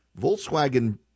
Volkswagen